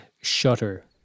shutter